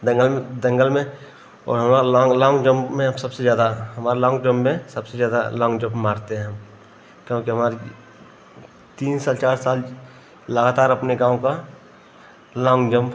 दंगल में दंगल में और हमारा लॉन्ग लॉन्ग जंप में हम सबसे ज़्यादा हमारा लॉन्ग जंप में सबसे ज़्यादा लॉन्ग जंप मारते हैं हम क्योंकि हमारी तीन साल चार साल लगातार अपने गाँव का लॉन्ग जंप